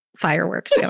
fireworks